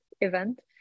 event